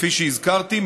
כפי שהזכרתי,